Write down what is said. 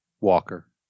Walker